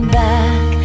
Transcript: back